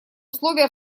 условия